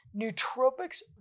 Nootropics